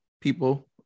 people